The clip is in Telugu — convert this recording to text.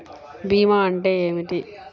భీమా అంటే ఏమిటి?